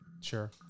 Sure